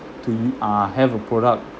to u~ uh have a product